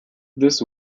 this